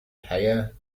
حياة